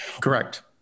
correct